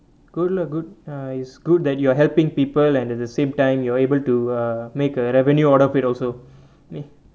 good lah good lah it's good that you are helping people and at the same time you're able to uh make a revenue out of it also